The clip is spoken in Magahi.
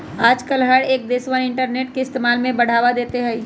आजकल हर एक देशवन इन्टरनेट के इस्तेमाल से बढ़ावा देते हई